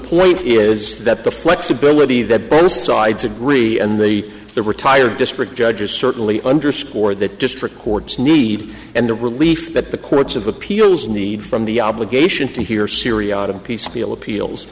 point is that the flexibility that both sides agree and the the retired district judges certainly underscored that district courts need and the relief that the courts of appeals need from the obligation to hear siriano piecemeal appeals